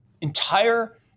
entire